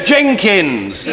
Jenkins